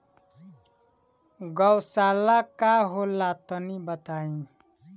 गौवशाला का होला तनी बताई?